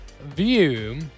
view